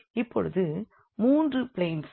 இப்போது மூன்று பிளேன்ஸ்